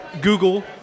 Google